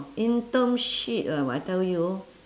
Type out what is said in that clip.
internship ah I tell you